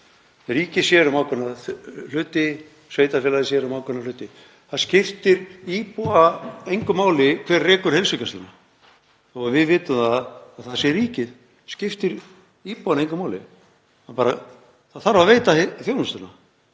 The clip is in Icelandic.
Ríkið sér um ákveðna hluti, sveitarfélagið sér um ákveðna hluti. Það skiptir íbúa engu máli hver rekur heilsugæsluna. Þó að við vitum að það sé ríkið skiptir það íbúana engu máli, það þarf bara að veita þjónustuna.